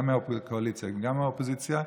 גם מהקואליציה וגם מהאופוזיציה,